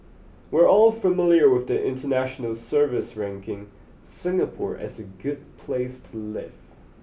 we're all familiar with the international surveys ranking Singapore as a good place to live